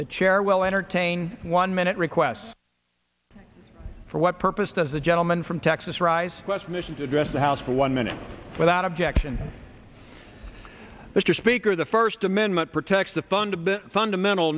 the chair will entertain one minute requests for what purpose does the gentleman from texas rise west mission to address the house for one minute without objection mr speaker the first amendment protects the fund fundamental